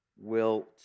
wilt